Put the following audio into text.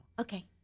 okay